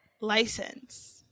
license